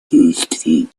действий